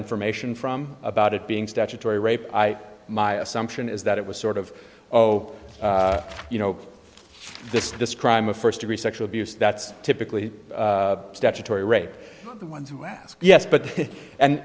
information from about it being statutory rape i my assumption is that it was sort of oh you know this is this crime of first degree sexual abuse that's typically statutory rape the ones who ask yes but and